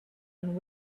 and